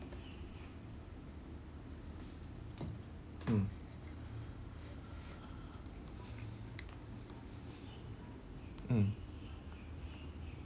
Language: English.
mm mm